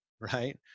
right